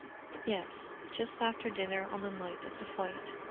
yes just after dinner on the night of the fight.